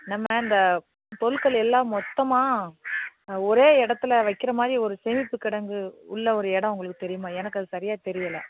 நம்ம இந்த பொருட்கள் எல்லாம் மொத்தமாக ஒரே இடத்துல வைக்கிற மாதிரி ஒரு சேமிப்பு கிடங்கு உள்ள ஒரு இடம் உங்களுக்கு தெரியுமா எனக்கு அது சரியாக தெரியலை